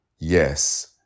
Yes